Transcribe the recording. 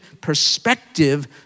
perspective